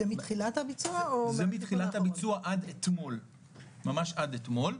זה מתחילת הביצוע ממש עד אתמול.